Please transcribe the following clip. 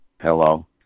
Hello